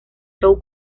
show